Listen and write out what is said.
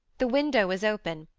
the window was open,